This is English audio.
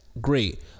Great